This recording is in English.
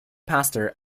pastor